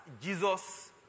Jesus